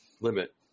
limit